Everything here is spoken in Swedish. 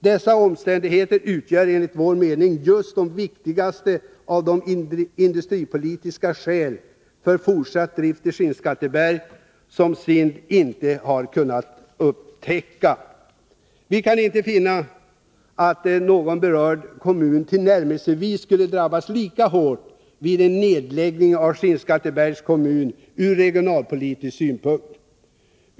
Dessa omständigheter utgör enligt vår mening just de viktigaste av de industripolitiska skäl för fortsatt drift i Skinnskatteberg som SIND inte kunnat upptäcka. Vi kan inte finna att någon berörd kommun tillnärmelsevis skulle drabbas lika hårt av en nedläggning som Skinnskattebergs kommun ur regionalpolitisk synpunkt.